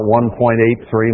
1.83